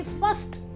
first